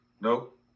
nope